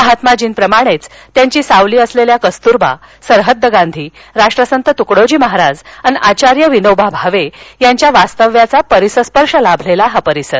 महात्मार्जीप्रमाणेच त्यांची सावली असलेल्या कस्त्रबा सरहद्द गांधी राष्ट्रसंत त्कडोजी महाराज अन आचार्य विनोबा भावे यांच्या वास्तव्याचा परिसस्पर्श लाभलेला हा परिसर